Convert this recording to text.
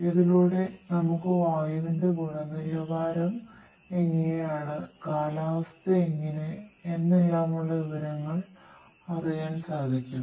ഇതിലൂടെ നമുക്ക് വായുവിന്റെ ഗുണനിലവാരം എങ്ങനെ കാലാവസ്ഥ എങ്ങിനെ എന്നെല്ലാമുള്ള വിവരങ്ങൾ അറിയാൻ സാധിക്കുന്നു